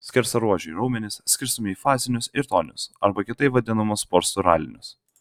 skersaruožiai raumenys skirstomi į fazinius ir toninius arba kitaip vadinamus posturalinius